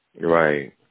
Right